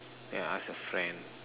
then I ask a friend